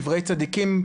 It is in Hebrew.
קברי צדיקים,